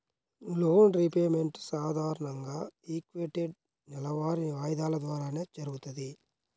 loan repayment సాధారణంగా equated నెలవారీ వాయిదాల ద్వారానే జరుగుతది